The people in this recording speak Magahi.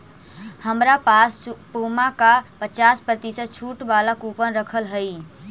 हमरा पास पुमा का पचास प्रतिशत छूट वाला कूपन रखल हई